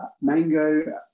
mango